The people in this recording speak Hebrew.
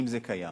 אם זה קיים.